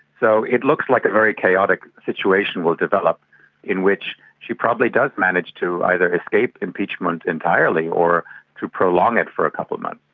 so it looks like a very chaotic situation will develop in which she probably does manage to either escape impeachment entirely or to prolong it for a couple of months.